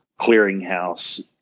clearinghouse